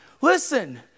Listen